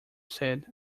said